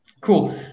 cool